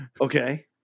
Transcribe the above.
okay